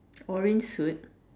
orange suit